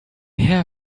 herr